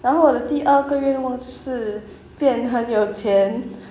然后我的第二个愿望就是变很有钱